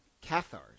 Cathars